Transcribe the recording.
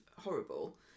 horrible